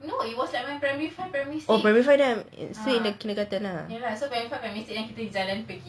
oh primary five then I still in the kindergarten lah